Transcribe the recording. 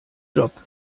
job